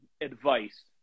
Advice